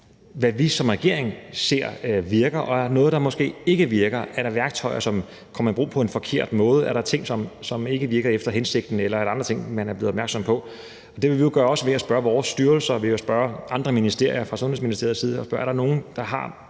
hvad vi som regering ser virker, og om der er noget, der måske ikke virker, om der er værktøjer, som kommer i brug på en forkert måde, om der er ting, som ikke virker efter hensigten, eller om der er andre ting, man er blevet opmærksom på. Og det vil vi fra Sundhedsministeriets side jo også gøre ved at spørge vores styrelser, ved at spørge andre ministerier, spørge, om der er nogen, der har